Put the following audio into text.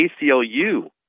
ACLU